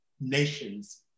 nations